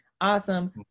awesome